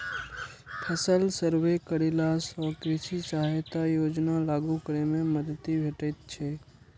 फसल सर्वे करेला सं कृषि सहायता योजना लागू करै मे मदति भेटैत छैक